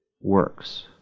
works